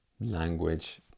language